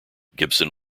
gibson